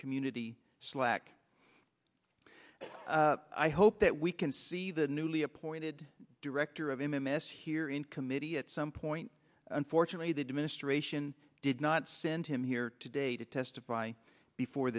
community slack i hope that we can see the newly appointed director of him a mess here in committee at some point unfortunately the do ministration did not send him here today to testify before